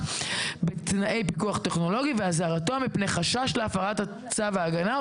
בתנאי פיקוח טכנולוגי ואזהרתו מפני חשש להפרת צו ההגנה,